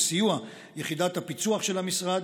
בסיוע יחידת הפיצו"ח של המשרד,